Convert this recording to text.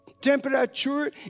temperature